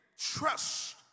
trust